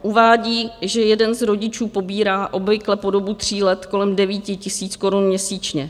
Uvádí, že jeden z rodičů pobírá obvykle po dobu tří let kolem 9 tisíc korun měsíčně.